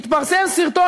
התפרסם סרטון,